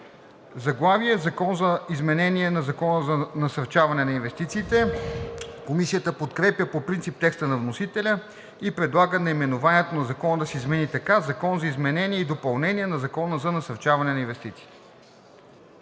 г. „Закон за изменение на Закона за насърчаване на инвестициите“. Комисията подкрепя по принцип текста на вносителя и предлага наименованието на Закона да се измени така: „Закон за изменение и допълнение на Закона за насърчаване на инвестициите“.